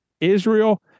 Israel